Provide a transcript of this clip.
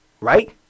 right